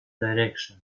direction